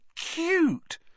cute